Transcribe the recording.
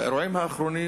באירועים האחרונים,